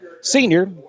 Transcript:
senior